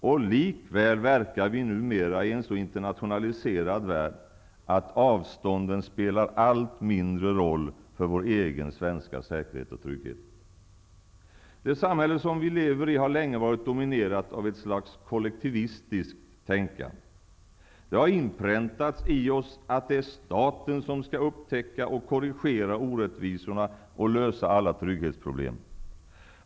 Och likväl verkar vi numera i en så internationaliserad värld att avstånden spelar en allt mindre roll för vår egen svenska säkerhet och trygghet. Det samhälle som vi lever i har länge varit dominerat av ett slags kollektivistiskt tänkande. Det har inpräntats i oss att det är staten som skall upptäcka och korrigera orättvisorna och lösa alla trygghetsproblem.